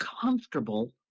comfortable